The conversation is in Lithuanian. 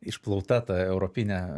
išplauta ta europinė